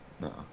No